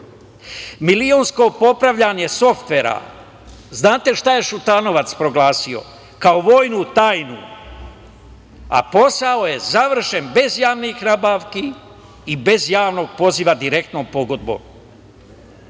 Milionsko popravljanje softvera Šutanovac je proglasio kao vojnu tajnu, a posao je završen bez javnih nabavki i bez javnog poziva, direktnom pogodbom. Kada